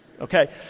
Okay